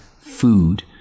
food